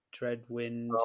Dreadwind